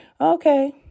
Okay